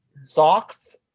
socks